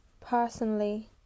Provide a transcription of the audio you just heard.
personally